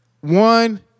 one